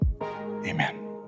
amen